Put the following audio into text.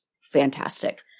fantastic